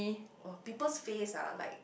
oh people's face ah like